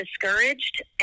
discouraged